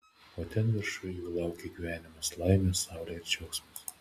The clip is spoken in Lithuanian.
o ten viršuj jų laukia gyvenimas laimė saulė ir džiaugsmas